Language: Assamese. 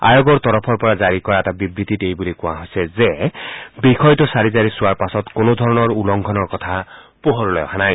আয়োগৰ তৰফৰ পৰা জাৰি কৰা এটা বিবৃতিত এই বুলি কোৱা হৈছে যে বিষয়টো চালি জাৰি চোৱাৰ পাছত কোনোধৰণৰ উলংঘনৰ কথা পোহৰলৈ অহা নাই